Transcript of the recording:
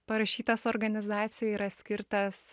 parašytas organizacijoj yra skirtas